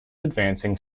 advancing